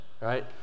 right